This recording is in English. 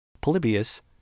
Polybius